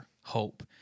hope